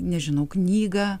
nežinau knygą